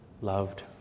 loved